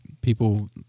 people